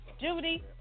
Judy